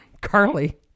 Carly